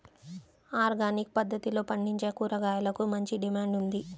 organic పద్దతిలో పండించే కూరగాయలకు మంచి డిమాండ్ ఉంది